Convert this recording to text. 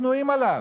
שנואים עליו.